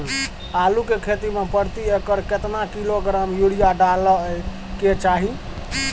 आलू के खेती में प्रति एकर केतना किलोग्राम यूरिया डालय के चाही?